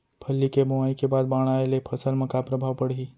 फल्ली के बोआई के बाद बाढ़ आये ले फसल मा का प्रभाव पड़ही?